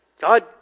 God